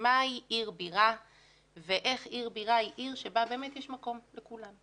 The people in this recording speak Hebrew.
היא עיר בירה ואיך עיר בירה היא עיר שבה יש מקום לכולם.